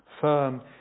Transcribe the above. firm